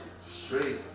Straight